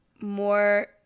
more